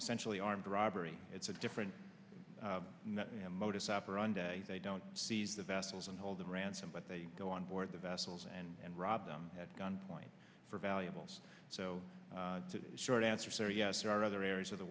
essentially armed robbery it's a different modus operandi they don't seize the vessels and hold them ransom but they go on board the vessels and rob them at gunpoint for valuables so to short answer yes there are other areas of the